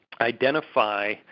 identify